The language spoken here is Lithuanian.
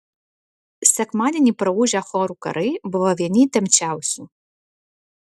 sekmadienį praūžę chorų karai buvo vieni įtempčiausių